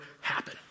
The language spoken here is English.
happen